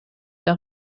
der